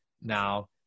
now